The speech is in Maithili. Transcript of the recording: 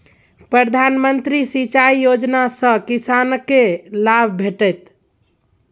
प्रधानमंत्री सिंचाई योजना सँ किसानकेँ लाभ भेटत